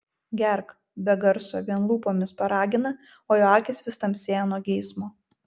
gerk be garso vien lūpomis paragina o jo akys vis tamsėja nuo geismo